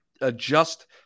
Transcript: adjust